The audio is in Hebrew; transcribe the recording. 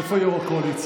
איפה יו"ר הקואליציה?